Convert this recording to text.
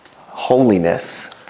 holiness